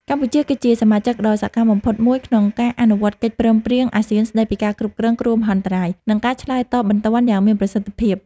កម្ពុជាគឺជាសមាជិកដ៏សកម្មបំផុតមួយក្នុងការអនុវត្តកិច្ចព្រមព្រៀងអាស៊ានស្តីពីការគ្រប់គ្រងគ្រោះមហន្តរាយ និងការឆ្លើយតបបន្ទាន់យ៉ាងមានប្រសិទ្ធភាព។